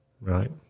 Right